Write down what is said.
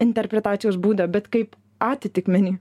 interpretacijos būdą bet kaip atitikmenį